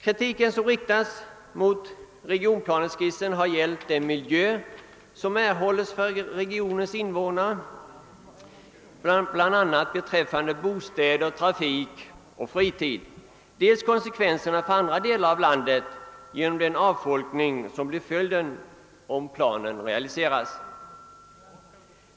Kritiken som riktats mot regionplaneskissen har gällt den miljö som erhålles för regionens invånare bl.a. beträffande bostäder, trafik och fritid och vidare konsekvenserna för andra delar av landet genom den avfolkning som blir följden om planen realiseras.